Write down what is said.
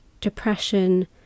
depression